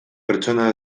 pertsona